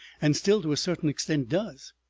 and still to a certain extent does.